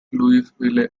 louisville